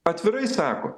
atvirai sako